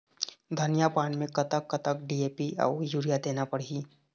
धनिया पान मे कतक कतक डी.ए.पी अऊ यूरिया देना पड़ही?